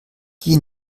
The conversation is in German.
geh